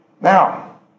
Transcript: Now